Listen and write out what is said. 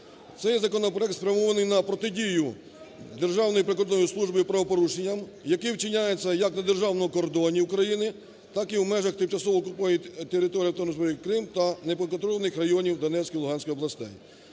Цей законопроект спрямований на протидію Державною прикордонною службою правопорушенням, які вчиняються як на Державному кордоні України, так і в межах тимчасово окупованої території Автономної Республіки Крим та непідконтрольних районів Донецької і Луганської областей.